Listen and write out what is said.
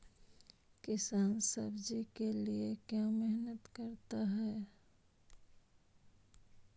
किसान सब्जी के लिए क्यों मेहनत करता है?